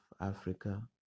Africa